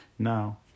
Now